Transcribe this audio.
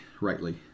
rightly